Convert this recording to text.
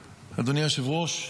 היושב-ראש,